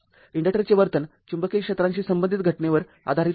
इंडक्टरचे वर्तन चुंबकीय क्षेत्रांशी संबंधित घटनेवर आधारित आहे